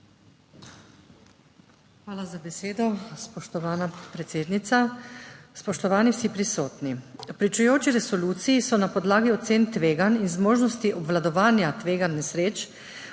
Hvala za besedo, spoštovana predsednica. Spoštovani vsi prisotni! V pričujoči resoluciji so na podlagi ocen tveganj in zmožnosti obvladovanja tveganj nesreč,